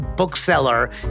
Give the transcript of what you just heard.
Bookseller